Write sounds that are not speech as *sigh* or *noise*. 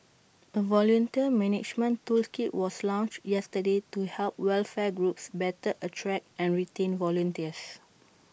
A volunteer management *noise* toolkit was launched yesterday to help welfare groups better attract and retain volunteers